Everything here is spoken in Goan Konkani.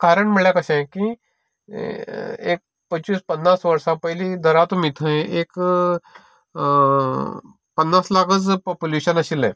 कारण म्हळ्यार कशें की ते एक पंचवीस पन्नास वर्सां पयलीं धरा तुमी थंय एक पन्नास लाखूच पोप्यूलेशन आशिल्लें